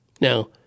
Now